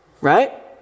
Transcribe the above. right